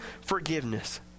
forgiveness